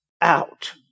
out